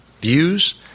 views